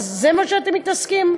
אז בזה אתם מתעסקים?